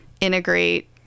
integrate